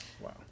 Wow